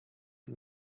and